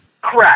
Correct